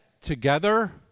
together